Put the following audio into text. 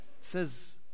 says